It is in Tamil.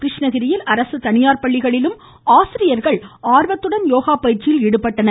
கிருஷ்ணகிரியில் அரசு தனியார் பள்ளிகளிலும் ஆசிரியர்களும் ஆர்வத்துடன் யோகா பயிற்சியில் ஈடுபட்டனர்